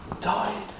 died